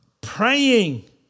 praying